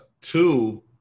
Two